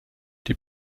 die